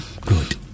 good